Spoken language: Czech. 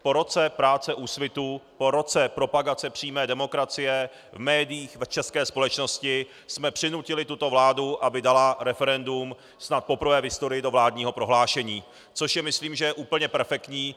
Po roce práce Úsvitu, po roce propagace přímé demokracie v médiích a v české společnosti jsme přinutili tuto vládu, aby dala referendum, snad poprvé v historii, do vládního prohlášení, což je myslím úplně perfektní.